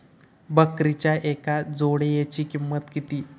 बकरीच्या एका जोडयेची किंमत किती?